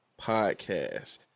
podcast